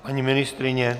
Paní ministryně?